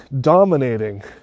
dominating